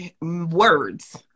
words